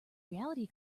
reality